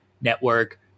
network